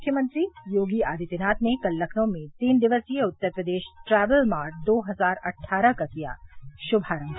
मुख्यमंत्री योगी आदित्यनाथ ने कल लखनऊ में तीन दिवसीय उत्तर प्रदेश ट्रैवल मार्ट दो हजार अट्ठारह का किया शुभारम्भ